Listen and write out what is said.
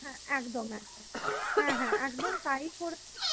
হ্যাঁ একদম একদম হ্যাঁ হ্যাঁ একদম তাই করেছি